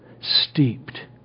steeped